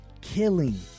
killing